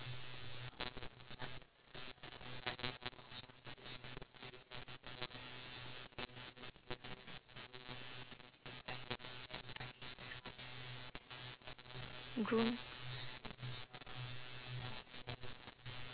groom